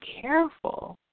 careful